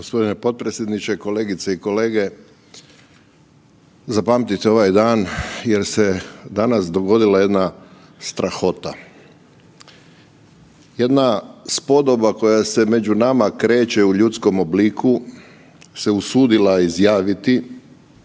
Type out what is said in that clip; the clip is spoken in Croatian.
Gospodine predsjedniče, kolegice i kolege. Zapamtite ovaj dan jer se danas dogodila jedna strahota. Jedna spodoba koja se među nama kreće u ljudskom obliku se usudila izjaviti